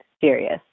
serious